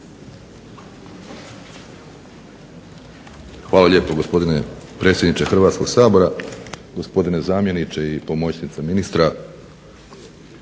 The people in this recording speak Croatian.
Hvala lijepo gospodine predsjedniče Hrvatskog sabora. Gospodine zamjeniče i pomoćnice ministra.